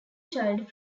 child